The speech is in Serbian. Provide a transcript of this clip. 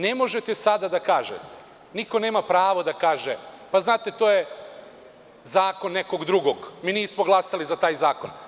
Ne možete sada da kažete, niko nema pravo da kaže – znate, to je zakon nekog drugog, mi nismo glasali za taj zakon.